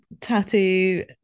tattoo